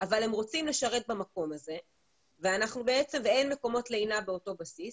אבל הם רוצים לשרת במקום הזה ואין מקומות לינה באותו בסיס,